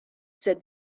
said